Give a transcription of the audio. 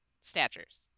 statures